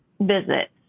visit